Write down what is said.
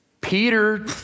Peter